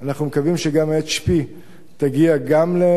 אנחנו מקווים שגם HP תגיע לנצרת,